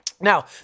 Now